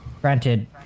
Granted